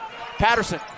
Patterson